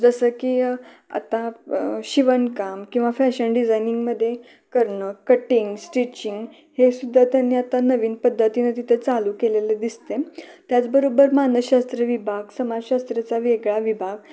जसं की आत्ता शिवणकाम किवा फॅशन डिजाइनिंगमध्ये करणं कटिंग स्टिचिंग हेसुद्धा त्यांनी आत्ता नवीन पद्धतीने तिथे चालू केलेलं दिसतं आहे त्याचबरोबर मानसशास्त्र विभाग समाजशास्त्रचा वेगळा विभाग